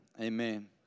amen